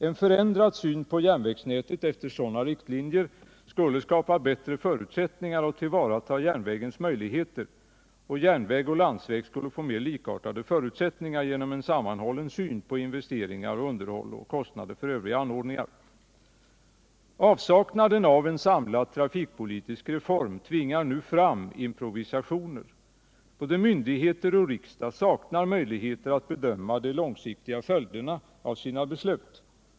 En förändrad syn på järnvägsnätet efter sådana riktlinjer skulle skapa bättre förutsättningar att tillvarata järnvägens möjligheter, och järnväg och landsväg skulle få mer likartade förutsättningar genom en sammanhållen syn på investeringar, underhåll och kostnader för övriga anordningar. Avsaknaden av en samlad trafikpolitisk reform tvingar nu fram improvisationer. Både myndigheter och riksdag saknar möjlighet att bedöma de långsiktiga följderna av sina beslut.